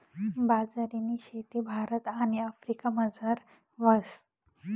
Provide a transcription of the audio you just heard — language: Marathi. बाजरीनी शेती भारत आणि आफ्रिकामझार व्हस